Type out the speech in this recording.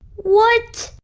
what?